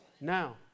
Now